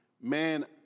man